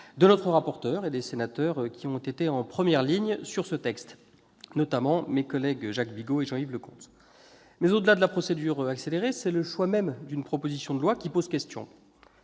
de notre rapporteur et des sénateurs qui ont été en première ligne sur ce texte, notamment mes collègues Jacques Bigot et Jean-Yves Leconte. Toutefois, au-delà même de la procédure accélérée, c'est le choix d'une proposition de loi qui pose question.